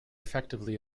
effectively